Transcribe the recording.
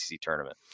tournament